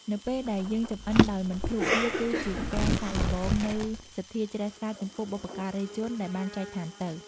នៅពេលដែលយើងចម្អិនដោយមិនភ្លក្សវាគឺជាការសាកល្បងនូវសទ្ធាជ្រះថ្លាចំពោះបុព្វការីជនដែលបានចែកឋានទៅ។